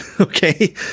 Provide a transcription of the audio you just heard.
okay